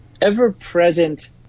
ever-present